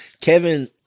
Kevin